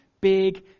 big